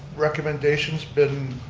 recommendations been